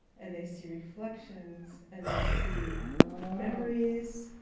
and they see reflections, and they see memories,